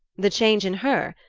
the change in her?